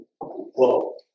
Whoa